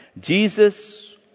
Jesus